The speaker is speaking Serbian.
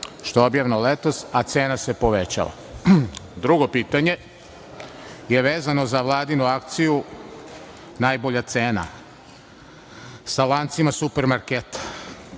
što je objavljeno letos, a cena se povećava. Drugo pitanje je vezano za Vladinu akciju „najbolja cena“ sa lancima super marketa.